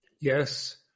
Yes